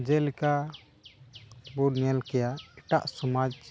ᱡᱮᱞᱮᱠᱟ ᱵᱚᱱ ᱧᱮᱞ ᱠᱮᱭᱟ ᱮᱴᱟᱜ ᱥᱚᱢᱟᱡᱽ